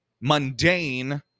mundane